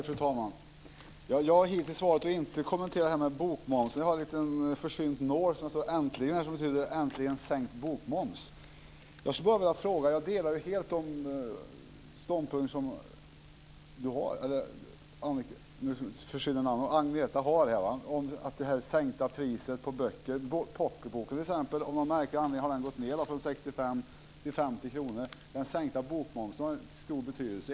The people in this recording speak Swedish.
Fru talman! Jag har hittills valt att inte kommentera bokmomsen. Jag bär på mig en försynt liten nål där det står: Äntligen! Det betyder äntligen sänkt bokmoms. Jag delar helt de ståndpunkter som Agneta Ringman för fram om att sänkta priser på t.ex. pocketboken - priset har gått ned från 65 kr till 50 kr - dvs. den sänkta bokmomsen, har haft en stor betydelse.